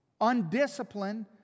undisciplined